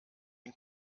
den